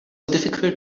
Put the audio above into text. difficult